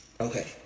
Okay